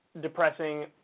depressing